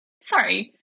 sorry